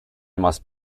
must